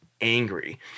angry